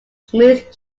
smooth